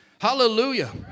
Hallelujah